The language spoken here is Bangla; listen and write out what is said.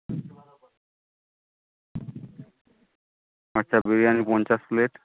আচ্ছা বিরিয়ানি পঞ্চাশ প্লেট